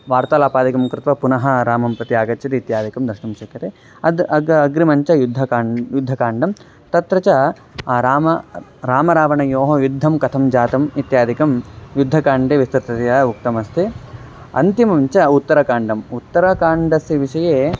वार्तालापादिकं कृत्वा पुनः रामं प्रति आगच्छति इत्यादिकं द्रष्टुं शक्यते अद् अग् अग्रिमं च युद्धकाण्डं युद्धकाण्डं तत्र च रामः रामरावणयोः युद्धं कथं जातम् इत्यादिकं युद्धकाण्डे विस्तृततया उक्तमस्ति अन्तिमं च उत्तरकाण्डम् उत्तरकाण्डस्य विषये